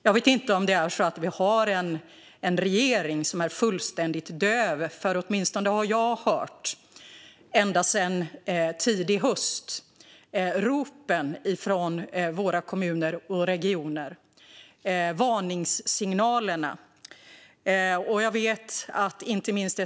Jag vet inte om det är så att vi har en regering som är fullständigt döv, för åtminstone jag har ända sedan tidigt i höstas hört ropen och varningssignalerna från våra kommuner och regioner.